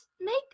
Make